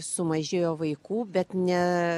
sumažėjo vaikų bet ne